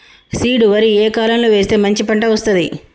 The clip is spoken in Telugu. సీడ్ వరి ఏ కాలం లో వేస్తే మంచి పంట వస్తది?